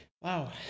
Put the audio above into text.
Wow